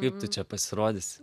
kaip tu čia pasirodysi